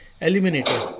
eliminated